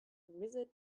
visit